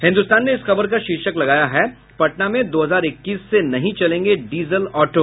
हिन्दुस्तान ने इस खबर का शीर्षक लगाया है पटना में दो हजार इक्कीस से नहीं चलेंगे डीजल ऑटो